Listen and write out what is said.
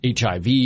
HIV